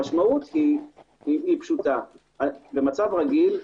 המשמעות פשוטה במצב רגיל,